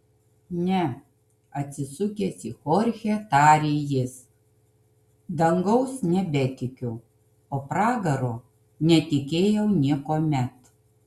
ne atsisukęs į chorchę tarė jis dangaus nebetikiu o pragaro netikėjau niekuomet